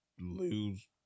lose